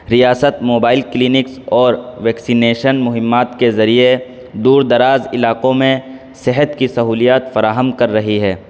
ریاست mobile clinic اور vaccination مہمات کے ذریعے دور دراز علاقوں میں صحت کی سہولیات فراہم کر رہی ہے